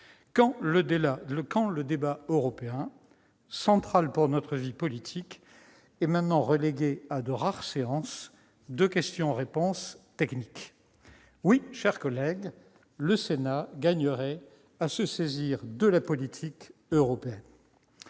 quand le débat européen, central pour notre vie politique, est maintenant relégué à de rares séances de questions-réponses techniques ! Oui, chers collègues, le Sénat gagnerait à se saisir de la politique européenne.